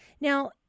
Now